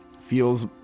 feels